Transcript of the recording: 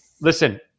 Listen